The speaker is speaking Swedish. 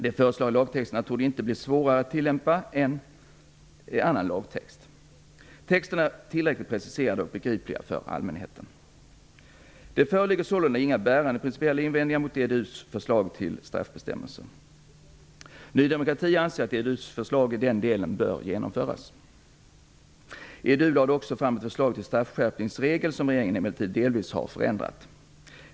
De föreslagna lagtexterna torde inte bli svårare att tillämpa än annan lagtext. Texterna är tillräckligt preciserade och begripliga för allmänheten. Det föreligger sålunda inga bärande principiella invändningar mot EDU:s förslag till straffbestämmelse. Vi i Ny demokrati anser att EDU:s förslag i den delen bör genomföras. EDU har också lagt fram förslag till en straffskärpningsregel som regeringen emellertid delvis har förändrat.